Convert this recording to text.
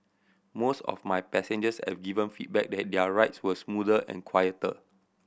most of my passengers have given feedback that their rides were smoother and quieter